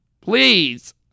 Please